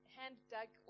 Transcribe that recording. hand-dug